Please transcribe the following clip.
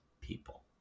people